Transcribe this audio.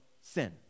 sin